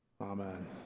Amen